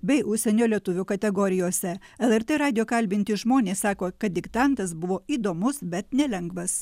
bei užsienio lietuvių kategorijose lrt radijo kalbinti žmonės sako kad diktantas buvo įdomus bet ne lengvas